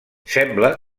sembla